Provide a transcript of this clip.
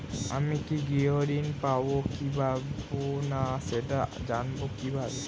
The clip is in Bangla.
আমি গৃহ ঋণ পাবো কি পাবো না সেটা জানবো কিভাবে?